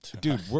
dude